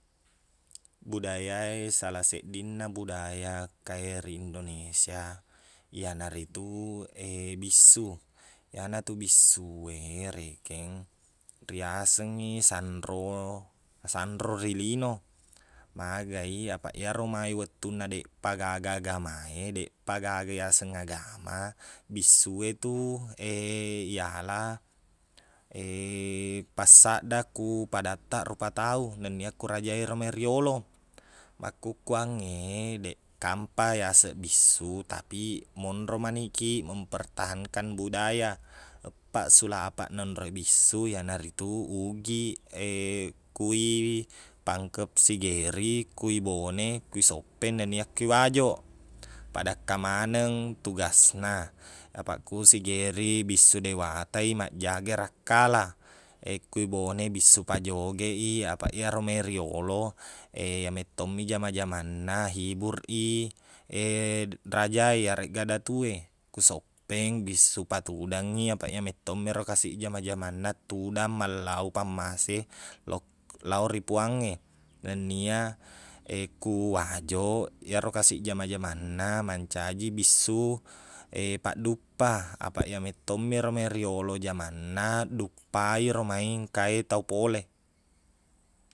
Budaya e sala seddinna budaya ekkae ri indonesia iyanaritu bissu iyanatu bissu e rekeng riaseng i sanro- sanro ri lino magai apaq eromai wettuna deqpagaga agama e deqpagaga iyaseng agama bissu e tu iyala passadda ku padattaq rupa tau nenia ku raja e mei riyolo makkukkuangnge deqkampa yaseng bissu tapiq monro manikiq mempertahankan budaya eppaq sulapaq nonroi bissu iyanaritu ugiq kui pangkep sigeri kui bone kui soppeng nennia kui wajoq padakka maneng tugasna apaq ko sigeri bissu dewatai majjaga rakkala kui bone bissu pajogei apaq iyaromaei riyolo iyamettomi jama-jamanna hibur i raja e yaregga datuq e ku soppeng bissu patudangngi apaq iyamettongmiro kasiq jama-jamanna tudang mallau pammase lok- lao ri puangnge nennia ku wajoq iyaro kasiq jama-jamanna mancaji bissu padduppa apaq iyamettommiro maei riyolo jamanna duppairo mai engka e tau pole